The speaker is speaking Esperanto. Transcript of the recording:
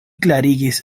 klarigis